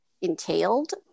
entailed